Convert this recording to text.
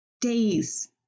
days